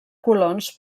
colons